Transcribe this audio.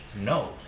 No